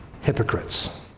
hypocrites